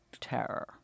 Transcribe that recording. terror